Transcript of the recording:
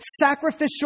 sacrificial